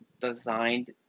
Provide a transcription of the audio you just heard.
designed